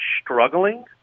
struggling